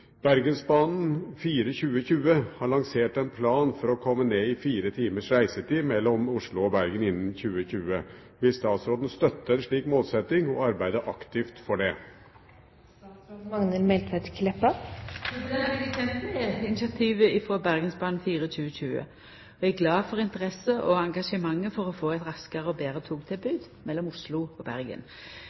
Bergensbanen er en av våre mest trafikkerte regionstrekninger, men potensialet er stort for mer gods- og persontransport. «Bergensbanen 4-2020» har lansert en plan for å komme ned i fire timers reisetid mellom Oslo og Bergen innen 2020. Vil statsråden støtte en slik målsetting og arbeide aktivt for det?» Eg er kjend med initiativet frå «Bergensbanen 4-2020» og er glad for interessa og engasjementet for å få eit raskare og betre togtilbod mellom Oslo og Bergen.